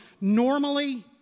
Normally